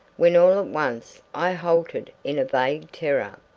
when all at once i halted in a vague terror.